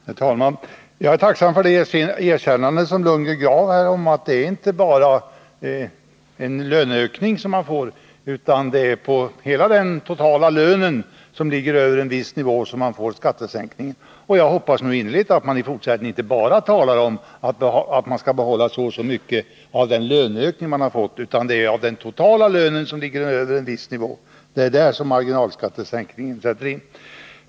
Herr talman! Jag är tacksam för det erkännande som Bo Lundgren gav, att man får skattesänkning inte bara på en löneökning utan också på den totala lönen som ligger över en viss nivå. Jag hoppas innerligt att moderaterna i tiska åtgärder fortsättningen inte bara talar om att man får behålla så och så mycket av en löneökning utan att det är på den totala lönen som ligger över en viss nivå som marginalskattesänkningen sätter in.